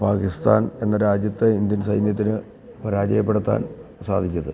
പാക്കിസ്ഥാൻ എന്ന രാജ്യത്തെ ഇൻഡ്യൻ സൈന്യത്തിനു പരാജയപ്പെടുത്താൻ സാധിച്ചത്